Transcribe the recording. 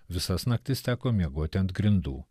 visas naktis teko miegoti ant grindų